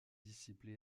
disciples